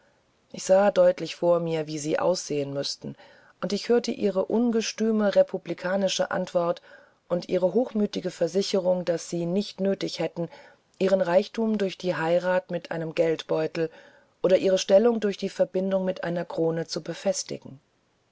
ich sah deutlich vor mir wie sie aussehen würden und ich hörte ihre ungestümen republikanischen antworten und ihre hochmütige versicherung daß sie nicht nötig hätten ihren reichtum durch die heirat mit einem geldbeutel oder ihre stellung durch die verbindung mit einer krone zu befestigen